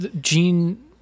Gene